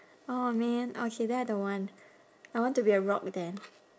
oh man okay then I don't want I want to be a rock then